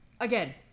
again